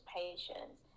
patience